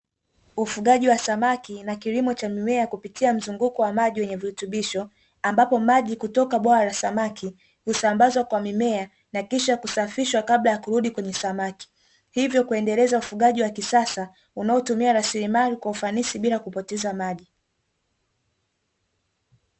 Ufugaji wa samaki na kilimo cha mimea kupitia mtililuko wa maji wenye virutubisho. Ambapo maji kutoka bwawa la samaki husambazwa kwa mimea na kisha kusafishwa kabla ya kurudi kwenye samaki. Hivyo, huendeleza ufugaji wa kisasa unaotimia rasilimali kwa ufanisi bila kutumia maji.